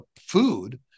food